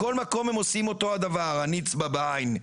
בכל מקום הם עושים את אותו הדבר, הנצבא בעין.